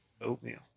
Oatmeal